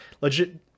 legit